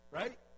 right